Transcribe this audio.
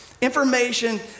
information